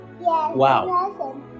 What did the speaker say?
wow